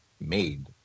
made